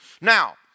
Now